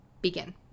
Begin